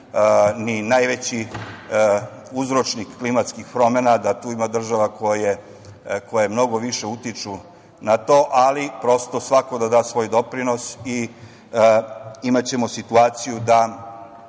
ni najveći uzročnik klimatskih promena, da tu ima država koje mnogo više utiču na to, ali prosto svako da da svoj doprinos i imaćemo situaciju da